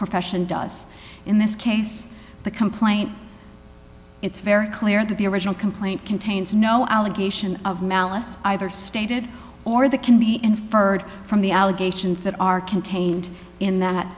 profession does in this case the complaint it's very clear that the original complaint contains no allegation of malice either stated or that can be inferred from the allegations that are contained in that